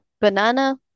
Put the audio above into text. banana